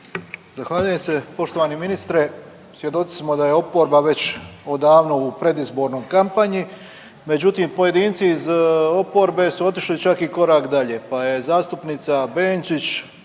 Zahvaljujem se. Poštovani ministre, svjedoci smo da je oporba već odavno u predizbornom kampanji, međutim pojedinci iz oporbe su otišli čak i korak dalje, pa je zastupnica Benčić